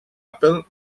apple